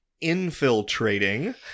infiltrating